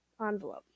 Envelope